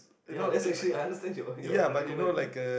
ya that's actually I understand your your critic comment